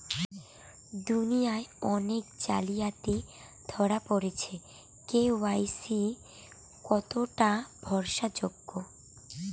দুনিয়ায় অনেক জালিয়াতি ধরা পরেছে কে.ওয়াই.সি কতোটা ভরসা যোগ্য?